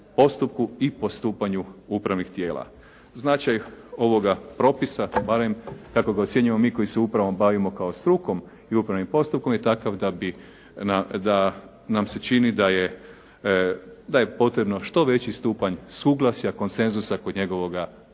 postupku i postupanju upravnih tijela. Značaj ovoga propisa barem kako ga ocjenjujemo mi koji se upravom bavimo kao strukom i upravnim postupkom je takav da nam se čini da je potrebno što veći stupanj suglasja, konsenzusa kod njegovoga donošenja.